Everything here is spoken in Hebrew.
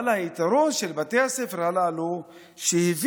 אבל היתרון של בתי הספר הללו הוא שהם